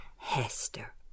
hester